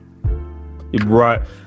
right